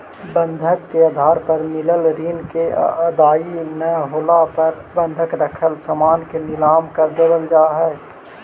बंधक के आधार पर मिलल ऋण के अदायगी न होला पर बंधक रखल सामान के नीलम कर देवल जा हई